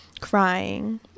crying